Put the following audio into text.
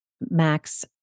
Max